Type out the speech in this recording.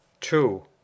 two